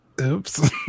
Oops